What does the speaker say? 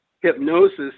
hypnosis